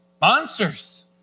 Monsters